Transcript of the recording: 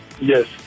Yes